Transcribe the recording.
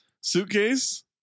suitcase